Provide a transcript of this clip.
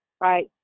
right